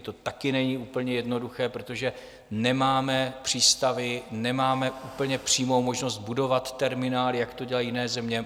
To taky není úplně jednoduché, protože nemáme přístavy, nemáme úplně přímou možnost budovat terminály, jak to dělají jiné země.